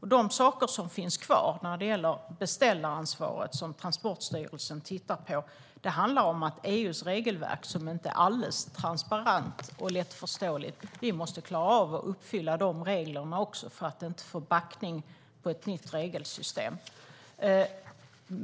De saker som finns kvar när det gäller beställaransvaret, som Transportstyrelsen ser över, handlar om EU:s regelverk, som inte är alldeles transparent och lättförståeligt. Vi måste klara av att uppfylla också de reglerna för att inte få backning på ett nytt regelsystem.